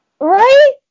Right